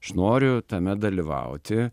aš noriu tame dalyvauti